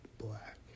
black